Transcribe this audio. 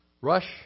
rush